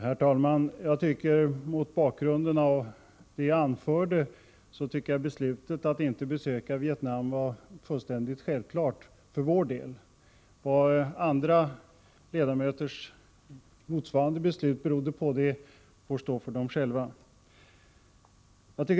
Herr talman! Mot bakgrund av det jag anförde tycker jag att beslutet att inte besöka Vietnam var självklart för vår del. Vad andra ledamöters motsvarande beslut berodde på får stå för dem själva.